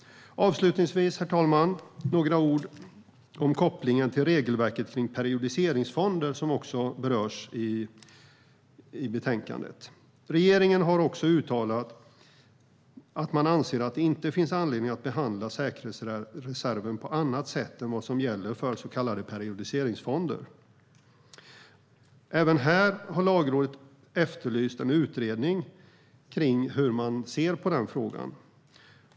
Låt mig avslutningsvis säga några ord om kopplingen till regelverket för periodiseringsfonder, som också berörs i betänkandet. Regeringen har också uttalat att man anser att det inte finns anledning att behandla säkerhetsreserven på annat sätt än vad som gäller för så kallade periodiseringsfonder. Även här har Lagrådet efterlyst en utredning av hur man ser på frågan.